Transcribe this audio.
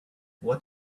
what